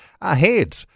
ahead